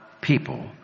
people